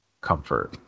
Comfort